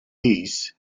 this